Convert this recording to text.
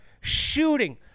shooting